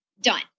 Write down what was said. done